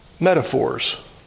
metaphors